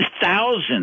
thousands